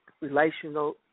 relational